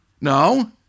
No